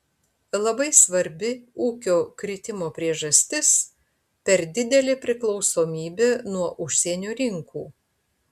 labai svarbi ūkio kritimo priežastis per didelė priklausomybė nuo užsienio rinkų